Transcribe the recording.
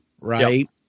right